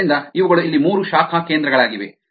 ಆದ್ದರಿಂದ ಇವುಗಳು ಇಲ್ಲಿ ಮೂರು ಶಾಖಾ ಕೇಂದ್ರಗಳಾಗಿವೆ